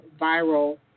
viral